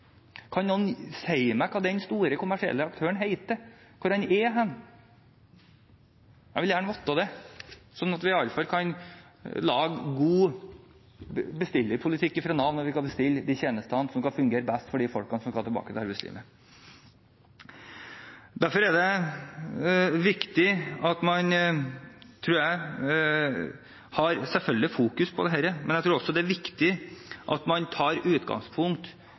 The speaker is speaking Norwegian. Kan noen si meg hva den store kommersielle aktøren heter, og hvor den er? Jeg vil gjerne vite det, sånn at vi i alle fall kan lage god bestillerpolitikk fra Nav når vi skal bestille tjenestene som fungerer best for folkene som skal tilbake til arbeidslivet. Derfor tror jeg det er viktig at man fokuserer på dette. Men jeg tror også det er viktig at man tar utgangspunkt